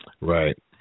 Right